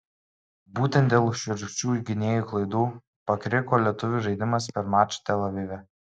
būtent dėl šiurkščių gynėjų klaidų pakriko lietuvių žaidimas per mačą tel avive